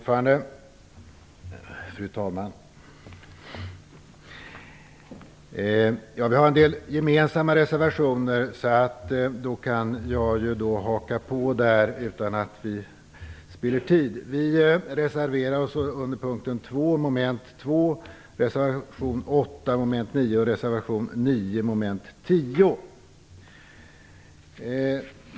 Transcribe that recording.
Fru talman! Vi har en del reservationer, och jag kan haka på där utan att vi spiller tid. Det gäller följande reservationer: reservation 2, mom. 2, reservation 8, mom. 9, och reservation 9, mom. 10.